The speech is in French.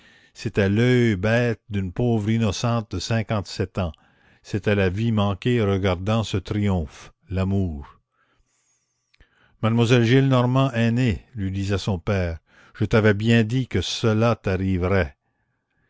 c'était l'oeil bête d'une pauvre innocente de cinquante-sept ans c'était la vie manquée regardant ce triomphe l'amour mademoiselle gillenormand aînée lui disait son père je t'avais bien dit que cela t'arriverait